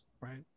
right